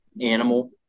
animal